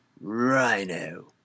Rhino